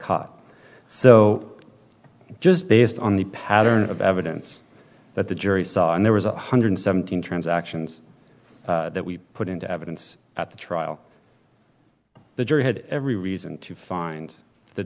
caught so just based on the pattern of evidence that the jury saw and there was one hundred seventeen transactions that we put into evidence at the trial the jury had every reason to find the